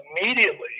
immediately